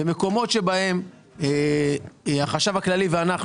את המקומות שבהם החשב הכללי ואנחנו